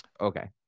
Okay